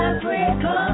Africa